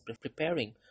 Preparing